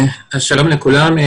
שלום לכולם.